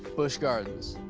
busch gardens.